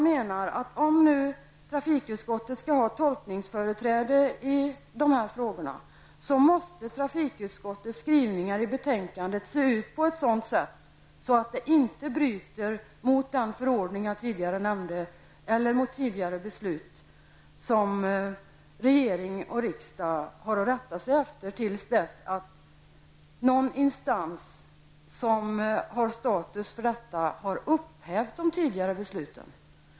Om trafikutskottet skall ha tolkningsföreträde i de här frågorna måste trafikutskottets skrivningar i betänkandet se ut på ett sådant sätt att detta inte bryter mot den förordning jag tidigare nämnde eller mot tidigare beslut som regering och riksdag har att rätta sig efter till dess att någon instans som har status för detta har upphävt de tidigare besluten.